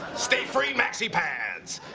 stay free maxi pads.